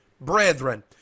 brethren